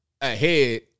ahead